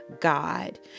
God